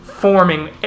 forming